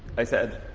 i said,